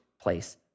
place